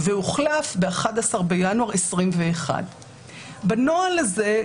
והוחלף ב-11 בינואר 2021. בנוהל הזה,